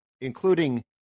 including